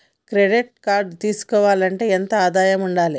Credit card తీసుకోవాలంటే ఎంత ఆదాయం ఉండాలే?